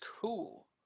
cool